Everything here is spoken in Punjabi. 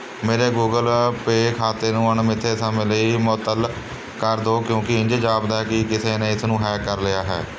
ਮੇਰੇ ਗੂਗਲ ਪੇ ਖਾਤੇੇ ਨੂੰ ਅਣਮਿੱਥੇ ਸਮੇਂ ਲਈ ਮੁਅੱਤਲ ਕਰ ਦੋ ਕਿਉਂਕਿ ਇੰਝ ਜਾਪਦਾ ਕਿ ਕਿਸੇ ਨੇ ਇਸਨੂੰ ਹੈਕ ਕਰ ਲਿਆ ਹੈ